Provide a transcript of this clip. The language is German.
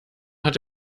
hat